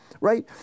right